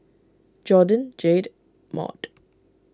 Jordyn Jayde Maude